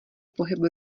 pohyb